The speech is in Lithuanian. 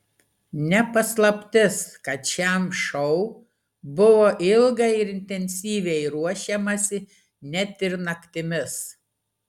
ne paslaptis kad šiam šou buvo ilgai ir intensyviai ruošiamasi net ir naktimis